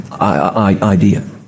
idea